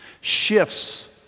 shifts